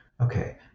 Okay